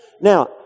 Now